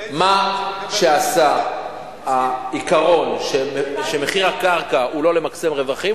מה שעשה העיקרון שמחיר הקרקע הוא לא למקסם רווחים,